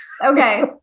okay